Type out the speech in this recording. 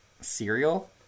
cereal